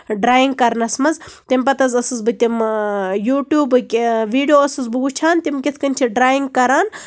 drawing کرنَس منٛز تَمہِ پَتہٕ حظ ٲسٕس بہٕ تِم یوٗٹیوٗبٕکۍ ویٖڈیو ٲسٕس بہٕ وُچھان تِم کِتھ کٔنۍ چھِ ڈریِنگ کران